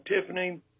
Tiffany